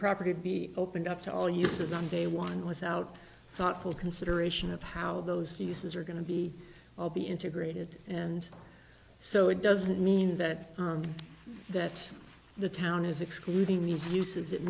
property to be opened up to all uses on day one without thoughtful consideration of how those uses are going to be all be integrated and so it doesn't mean that that the town is excluding these uses it